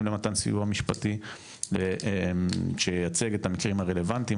למתן סיוע משפטי שייצג את המקרים הרלוונטיים,